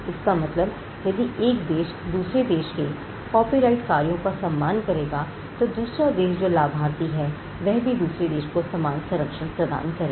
इसका मतलब यदि एक देश दूसरे देश के कॉपीराइट कार्यों का सम्मान करेगा तो दूसरा देश जो लाभार्थी है वह भी दूसरे देश को समान संरक्षण प्रदान करेगा